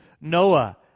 Noah